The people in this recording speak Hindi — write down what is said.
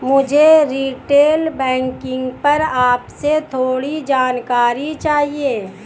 मुझे रीटेल बैंकिंग पर आपसे थोड़ी जानकारी चाहिए